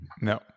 No